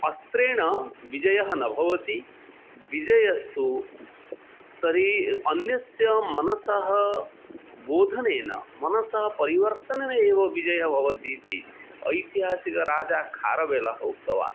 अस्त्रेण विजयः न भवति विजयस्तु तर्हि अन्यस्य मनसः बोधनेन मनसः परिवर्तनेन एव विजयः भवति इति ऐतिहासिकराजा खारवेलः उक्तवान्